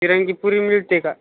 तिरंगीपुरी मिळते का